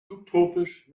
subtropisch